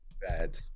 bad